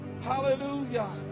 Hallelujah